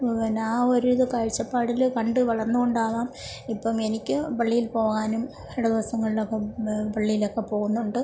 പിന്നെ ആ ഒരിത് കാഴ്ച്ചപ്പാടിൽ കണ്ട് വളർന്നതുകൊണ്ടാകാം ഇപ്പം എനിക്ക് പള്ളിയിൽ പോകാനും ഇട ദിവസങ്ങളിലൊക്കെ പള്ളിയിലൊക്കെ പോവുന്നുണ്ട്